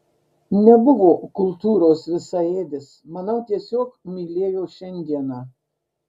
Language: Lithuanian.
nebuvo kultūros visaėdis manau tiesiog mylėjo šiandieną